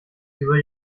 über